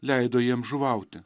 leido jiem žuvauti